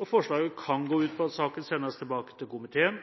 og forslaget kan gå ut på at saken sendes tilbake til komiteen,